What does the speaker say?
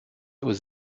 aux